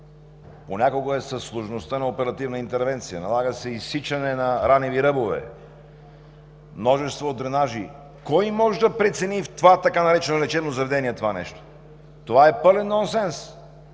понякога е със сложността на оперативна интервенция – налага се изсичане на рáнени ръбове, множество дренажи. Кой може да прецени в това така наречено заведение това нещо? Това е пълен нонсенс!